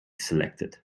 selected